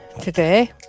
today